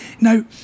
Now